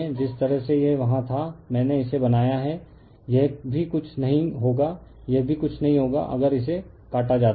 जिस तरह से यह वहाँ था मैंने इसे बनाया है यह भी कुछ नहीं होगा यह भी कुछ नहीं होगा अगर इसे काटा जाता है